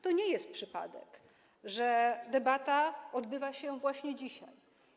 To nie jest przypadek, że debata odbywa się właśnie dzisiaj.